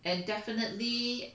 and definitely